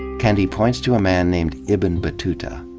kendi points to a man named ibn battuta,